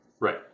Right